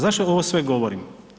Zašto ovo sve govorim?